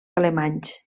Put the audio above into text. alemanys